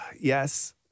Yes